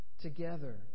together